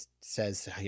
says